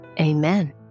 Amen